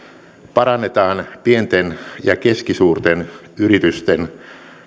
parannetaan pienten ja keskisuurten yritysten